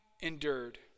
endured